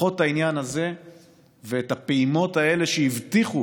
לפחות את העניין הזה ואת הפעימות האלה שהבטיחו